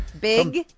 Big